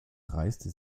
reiste